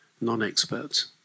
non-experts